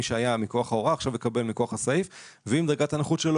מי שהיה מכוח ההוראה עכשיו יקבל מכוח הסעיף ואם דרגת הנכות שלו